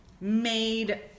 made